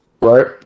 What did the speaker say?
right